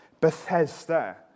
Bethesda